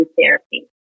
therapy